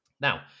Now